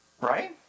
Right